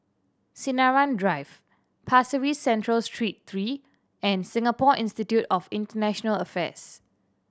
Sinaran Drive Pasir Ris Central Street three and Singapore Institute of International Affairs